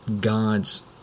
God's